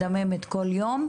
מדממת כל יום,